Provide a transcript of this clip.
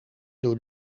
door